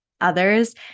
others